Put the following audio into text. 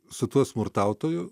su tuo smurtautoju